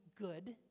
good